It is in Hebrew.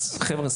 אז חבר'ה,